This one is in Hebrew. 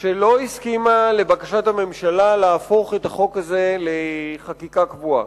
שלא הסכימה לבקשת הממשלה להפוך את החוק הזה לחקיקה קבועה,